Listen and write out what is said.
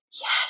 Yes